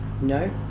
No